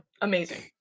Amazing